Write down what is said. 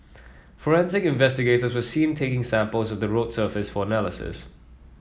forensic investigators were seen taking samples of the road surface for analysis